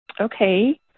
Okay